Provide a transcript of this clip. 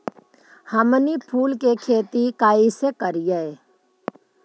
हमनी फूल के खेती काएसे करियय?